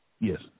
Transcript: Yes